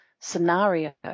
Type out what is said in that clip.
scenario